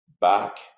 back